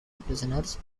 prisoners